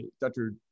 Dr